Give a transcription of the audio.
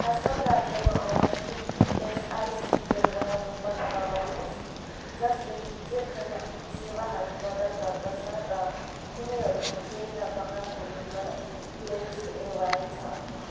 असम राज्यमा अवस्थित इएसआइसी केन्द्रहरू पत्ता लगाउनुहोस् जसले फिजियोथेरापी सेवाहरू प्रदान गर्दछ र तिनीहरूको केन्द्र प्रकारको रूपमा पिएमजेएवाई छ